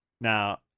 Now